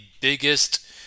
biggest